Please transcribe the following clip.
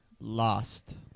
lost